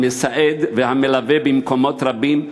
המסעד והמלווה במקומות רבים,